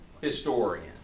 historian